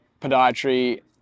podiatry